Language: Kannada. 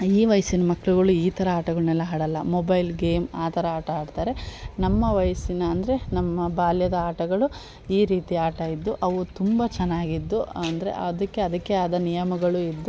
ಈ ವಯಸ್ಸಿನ ಮಕ್ಳುಗಳು ಈ ಥರ ಆಟಗಳನ್ನೆಲ್ಲ ಆಡೋಲ್ಲ ಮೊಬೈಲ್ ಗೇಮ್ ಆ ಥರ ಆಟ ಆಡ್ತಾರೆ ನಮ್ಮ ವಯಸ್ಸಿನ ಅಂದರೆ ನಮ್ಮ ಬಾಲ್ಯದ ಆಟಗಳು ಈ ರೀತಿ ಆಟ ಇದ್ದು ಅವು ತುಂಬ ಚೆನ್ನಾಗಿದ್ದು ಅಂದರೆ ಅದಕ್ಕೆ ಅದಕ್ಕೆಯಾದ ನಿಯಮಗಳು ಇದ್ದು